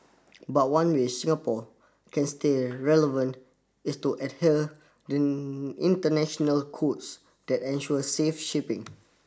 but one way Singapore can stay relevant is to adhere international codes that ensure safe shipping